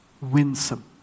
winsome